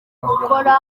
gukora